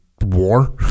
war